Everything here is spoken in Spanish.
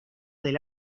del